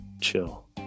chill